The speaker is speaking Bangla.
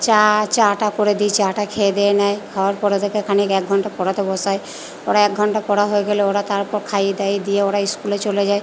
চা চা টা করে দিই চা টা খেয়ে দেয়ে নেয় খাওয়ার পরে থেকে খানিক এক ঘন্টা পড়াতে বসাই ওরা এক ঘন্টা পড়া হয়ে গেলে ওরা তারপর খাইয়ে দাইয়ে দিয়ে ওরা স্কুলে চলে যায়